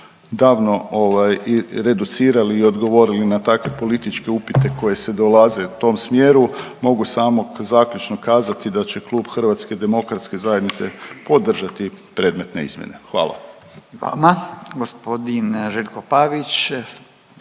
odaj reducirali i odgovorili na takve političke upite koje se dolaze u tom smjeru mogu samo zaključno kazati da će klub HDZ-a podržati predmetne izmjene. Hvala. **Radin, Furio